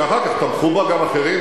שאחר כך תמכו בה גם אחרים.